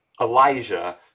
Elijah